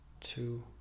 two